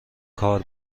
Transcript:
کار